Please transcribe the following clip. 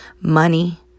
money